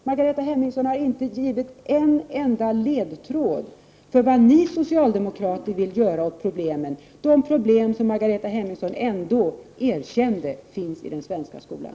Margareta Hemmingsson har inte givit en enda ledtråd när det gäller vad socialdemokraterna vill göra åt problemen — de problem som enligt vad Margareta Hemmingsson ändå erkände finns i den svenska skolan.